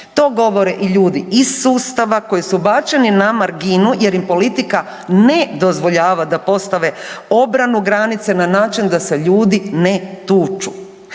to govore i ljudi iz sustava koji su bačeni na marginu jer im politika ne dozvoljava da postave obranu, granice na način da se ljudi ne tuču.